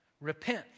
Repent